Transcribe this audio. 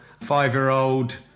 five-year-old